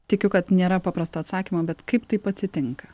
tikiu kad nėra paprasto atsakymo bet kaip taip atsitinka